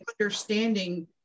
understanding